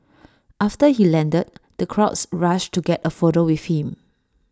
after he landed the crowds rushed to get A photo with him